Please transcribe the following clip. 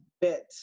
bit